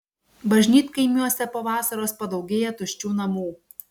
bažnytkaimiuose po vasaros padaugėja tuščių namų